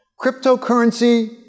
Cryptocurrency